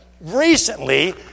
recently